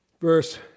verse